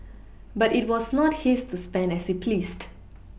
but it was not his to spend as he pleased